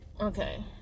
okay